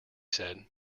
said